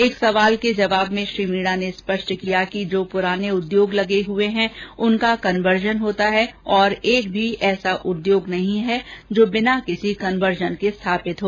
एक प्रश्न का जवाब देते हुए श्री मीणा ने स्पष्ट किया कि जो पुराने उद्योग लगे हुए है उनका कन्वर्जन होता है और एक भी ऐसा उद्योग नहीं है जो बिना किसी कन्वर्जन के स्थापित हो